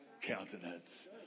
countenance